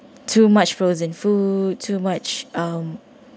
too much frozen food too much um